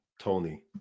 tony